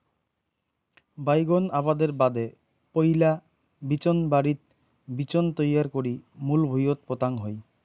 বাইগোন আবাদের বাদে পৈলা বিচোনবাড়িত বিচোন তৈয়ার করি মূল ভুঁইয়ত পোতাং হই